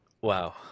Wow